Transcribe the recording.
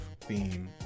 theme